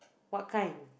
what kind